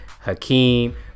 Hakeem